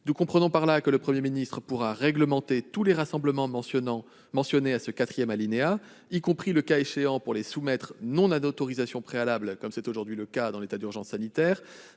Nous comprenons ainsi que le Premier ministre pourra réglementer tous les rassemblements mentionnés au quatrième alinéa, y compris, le cas échéant, pour les soumettre, non à autorisation préalable, comme c'est aujourd'hui le cas en vertu de l'état d'urgence sanitaire,